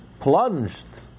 plunged